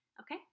Okay